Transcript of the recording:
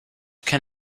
can